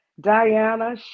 diana